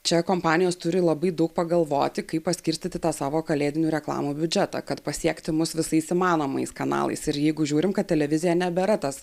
čia kompanijos turi labai daug pagalvoti kaip paskirstyti tą savo kalėdinių reklamų biudžetą kad pasiekti mus visais įmanomais kanalais ir jeigu žiūrim kad televizija nebėra tas